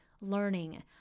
learning